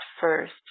first